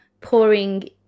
pouring